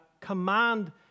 command